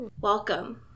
Welcome